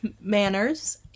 manners